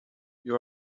you